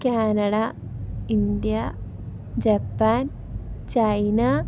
Canada India Japan China